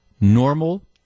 normal